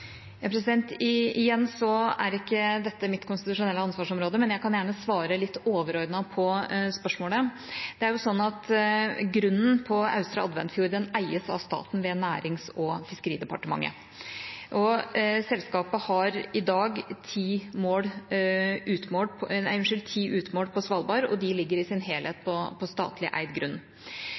Igjen så er ikke dette mitt konstitusjonelle ansvarsområde, men jeg kan gjerne svare litt overordnet på spørsmålet. Det er slik at grunnen på Austre Adventfjord eies av staten ved Nærings- og fiskeridepartementet. Selskapet har i dag ti utmål på Svalbard, og de ligger i sin helhet på statlig eid grunn.